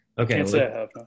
Okay